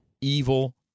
Evil